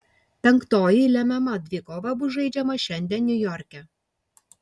penktoji lemiama dvikova bus žaidžiama šiandien niujorke